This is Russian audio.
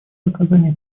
оказание